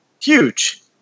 Huge